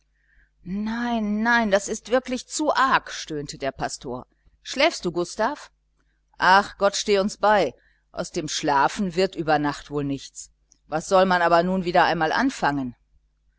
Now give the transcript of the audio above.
nein nein das ist wirklich zu arg stöhnte der pastor schläfst du gustav ach gott steh uns bei aus dem schlafen wird über nacht wohl nichts was soll man aber nun einmal anfangen